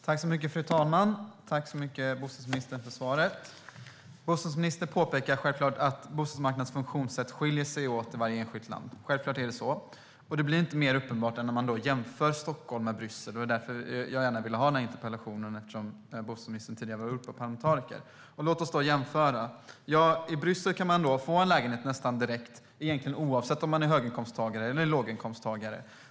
Fru talman! Tack, bostadsministern, för svaret! Bostadsministern påpekar att bostadsmarknadens funktionssätt skiljer sig åt i varje enskilt land. Självklart är det så. Det kan inte bli mer uppenbart än när man jämför Stockholm med Bryssel. Det var därför jag gärna ville ha denna interpellationsdebatt - bostadsministern har ju tidigare varit Europaparlamentariker. Låt oss då jämföra. I Bryssel kan man få en lägenhet nästan direkt oavsett om man är höginkomsttagare eller låginkomsttagare.